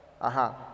Aha